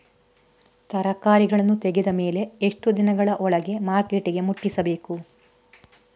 ತರಕಾರಿಗಳನ್ನು ತೆಗೆದ ಮೇಲೆ ಎಷ್ಟು ದಿನಗಳ ಒಳಗೆ ಮಾರ್ಕೆಟಿಗೆ ಮುಟ್ಟಿಸಬೇಕು?